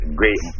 great